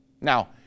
Now